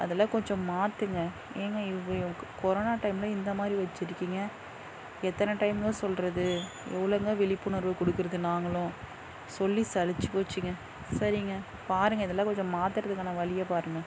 அதெல்லாம் கொஞ்சம் மாற்றுங்க ஏங்க இவ்வு யுக் கொரோனா டைமில் இந்த மாதிரி வெச்சுட்டுக்கிங்க எத்தனை டைம் தான் சொல்கிறது எவ்வளோங்க விழிப்புணர்வு கொடுக்கறது நாங்களும் சொல்லி சலித்து போச்சுங்க சரிங்க பாருங்கள் இதெல்லாம் கொஞ்சம் மாற்றுறதுக்கான வழியப் பாருங்கள்